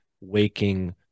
waking